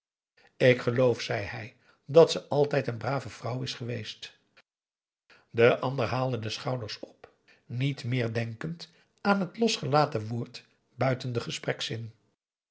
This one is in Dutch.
ik geloof zei hij dat ze altijd een brave vrouw is geweest de ander haalde de schouders op niet meer denkend aan het losgelaten woord buiten den gesprekszin